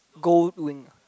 gold wing ah